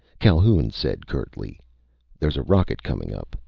calhoun said curtly there's a rocket coming up.